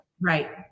Right